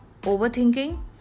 Overthinking